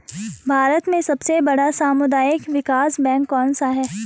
भारत में सबसे बड़ा सामुदायिक विकास बैंक कौनसा है?